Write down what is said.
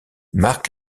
marque